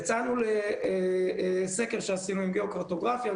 יצאנו לסקר שעשינו עם גיאוקרטוגרפיה,